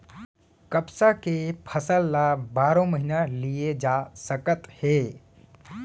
कपसा के फसल ल बारो महिना लिये जा सकत हे